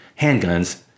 handguns